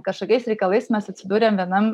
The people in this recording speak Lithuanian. kažkokiais reikalais mes atsidūrėm vienam